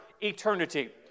eternity